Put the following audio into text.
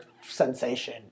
sensation